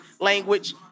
language